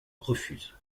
refuse